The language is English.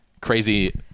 crazy